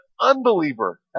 unbeliever